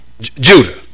Judah